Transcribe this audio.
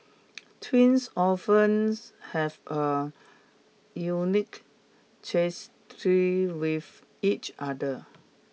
twins oftens have a unique with each other